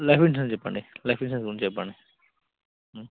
life insurance చెప్పండి life insurance గురించి చెప్పండి